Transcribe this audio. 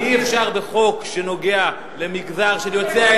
אי-אפשר בחוק שנוגע למגזר של יוצאי